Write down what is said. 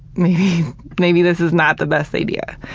maybe maybe this is not the best idea.